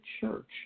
church